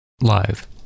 live